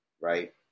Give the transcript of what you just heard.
right